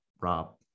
Rob